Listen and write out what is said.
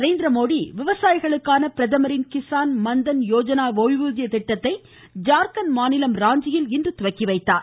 நரேந்திர மோடி விவசாயிகளுக்கான பிரதமரின் கிஸான் மன்தன் யோஜனா ஓய்வூதிய திட்டத்தை ஜார்க்கண்ட் மாநிலம் ராஞ்சியில் இன்று தொடங்கி வைத்தார்